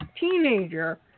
teenager